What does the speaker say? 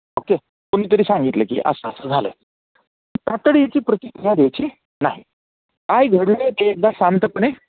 okay कोणीतरी सांगितलं की असं असं झाले तातडीची प्रतिक्रिया द्यायची नाही काय घडलं आहे ते एकदा शांतपणे